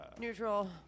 neutral